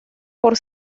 por